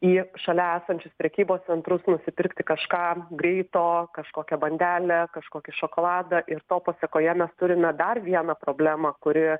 į šalia esančius prekybos centrus nusipirkti kažką greito kažkokią bandelę kažkokį šokoladą ir to pasekoje mes turime dar vieną problemą kuri